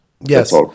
Yes